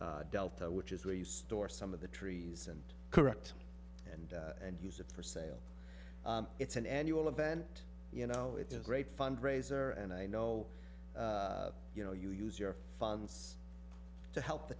memorial delta which is where you store some of the trees and correct and and use it for sale it's an annual event you know it's a great fund raiser and i know you know you use your funds to help the